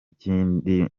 ikindi